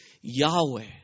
Yahweh